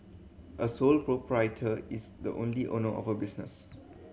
a sole proprietor is the only owner of a business